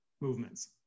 movements